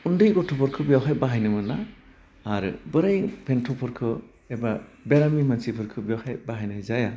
उन्दै गथ'फोरखौ बेवहाय बाहायनो मोना आरो बोरा बेन्थुफोरखो एबा बेरामि मानसिफोरखौ बेहाय बाहायनाय जाया